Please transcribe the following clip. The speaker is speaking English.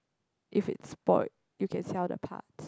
if it's spoil you can sell the parts